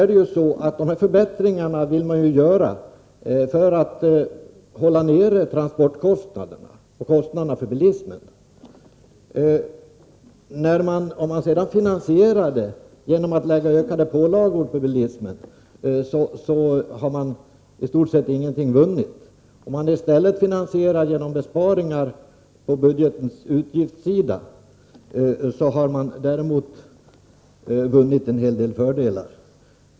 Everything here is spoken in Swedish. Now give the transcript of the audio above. De här förbättringarna vill vi ju få till stånd för att hålla nere transportkostnaderna och kostnaderna för bilismen över huvud taget. Om man finansierar det genom ökade pålagor på bilismen, så har man i stort sett inte vunnit någonting. Finansierar man det i stället genom besparingar på budgetens utgiftssida, har man däremot vunnit en hel del fördelar.